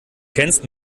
kennst